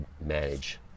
manage